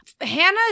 Hannah